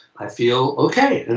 i feel ok.